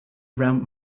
around